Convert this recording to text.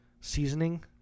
seasoning